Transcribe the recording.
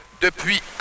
depuis